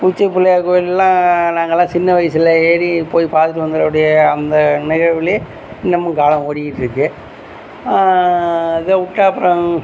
உச்சிப்பிள்ளையார் கோயில்லாம் நாங்கள்லாம் சின்ன வயசுல ஏறி போய் பார்த்துட்டு வந்ததோடைய அந்த நிகழ்வுலே இன்னமும் காலம் ஓடிகிட்ருக்கு இதைவுட்டா அப்புறம்